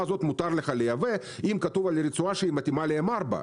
הזאת מותר לך לייבא" אם כתוב על הרצועה שהיא מתאימה ל-M4.